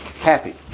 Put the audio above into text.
Happy